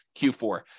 Q4